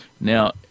Now